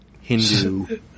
Hindu